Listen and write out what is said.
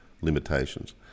limitations